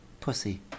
pussy